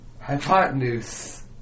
Hypotenuse